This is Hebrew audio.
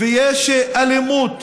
ויש אלימות,